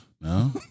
No